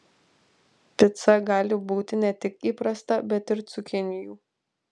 pica gali būti ne tik įprasta bet ir cukinijų